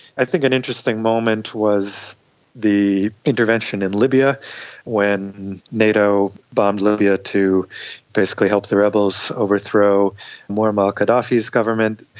i think an interesting moment was the intervention in libya when nato bombed libya to basically help the rebels overthrow muammar um ah gaddafi's government.